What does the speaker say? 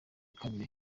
kabiri